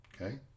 okay